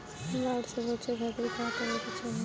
बाढ़ से बचे खातिर का करे के चाहीं?